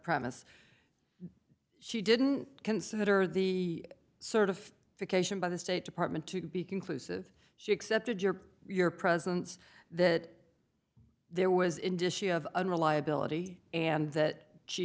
promise she didn't consider the sort of education by the state department to be conclusive she accepted your your presence that there was indicia of unreliability and that she